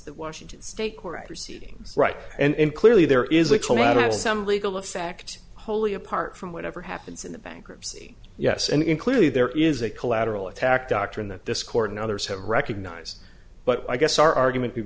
that washington state court proceedings right and clearly there is a collateral some legal effect wholly apart from whatever happens in the bankruptcy yes and in clearly there is a collateral attack doctrine that this court and others have recognized but i guess our argument